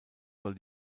soll